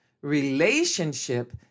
Relationship